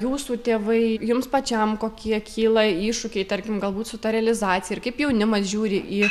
jūsų tėvai jums pačiam kokie kyla iššūkiai tarkim galbūt su ta realizacija ir kaip jaunimas žiūri į